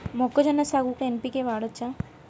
మొక్కజొన్న సాగుకు ఎన్.పి.కే వాడచ్చా?